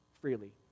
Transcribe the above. freely